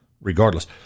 regardless